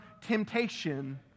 temptation